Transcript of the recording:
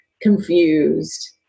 confused